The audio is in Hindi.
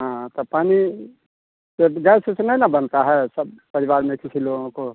हाँ तो पानी तो गैस उस नहीं ना बनता है सब परिवार में किसी लोगों को